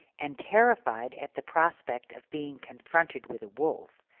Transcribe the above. and terrified at the prospect of being confronted with a wolf,